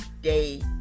day